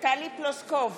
טלי פלוסקוב,